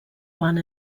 one